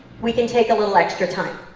we can take a little extra time,